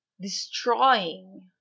Destroying